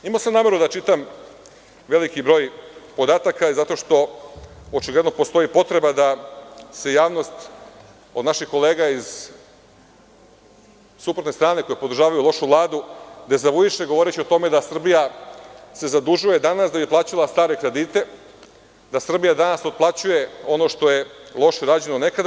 Imao sam nameru da čitam veliki broj podataka zato što očigledno postoji potreba da se javnost, od naših kolega sa suprotne strane, koji podržavaju lošu Vladu, dezavuiše, govoreći o tome da Srbija se zadužuje danas da bi plaćala stare kredite, da Srbija danas otplaćuje ono što je loše rađeno nekada.